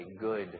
good